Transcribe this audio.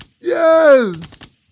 yes